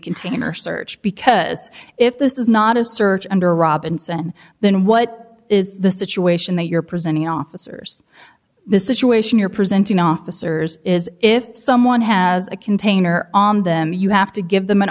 container search because if this is not a search under robinson then what is the situation that you're presenting officers the situation you're presenting officers is if someone has a container on them you have to give them an